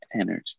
energy